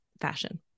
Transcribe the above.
fashion